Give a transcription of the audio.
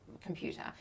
computer